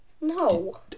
No